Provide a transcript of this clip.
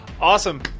Awesome